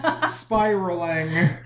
spiraling